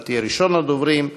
אתה תהיה ראשון הדוברים.